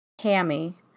Hammy